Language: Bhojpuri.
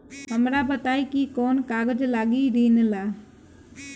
हमरा बताई कि कौन कागज लागी ऋण ला?